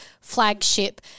flagship